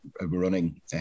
running